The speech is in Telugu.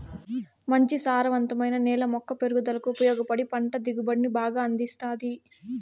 మంచి సారవంతమైన నేల మొక్క పెరుగుదలకు ఉపయోగపడి పంట దిగుబడిని బాగా అందిస్తాది